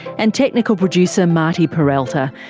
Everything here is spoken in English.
and technical producer martin peralta.